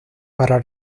para